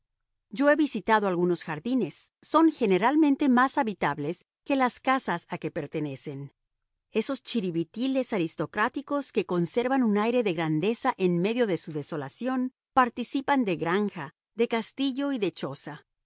yo he visitado algunos jardines son generalmente más habitables que las casas a que pertenecen esos chiribitiles aristocráticos que conservan un aire de grandeza en medio de su desolación participan de granja de castillo y de choza